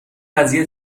قضیه